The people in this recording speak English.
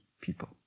people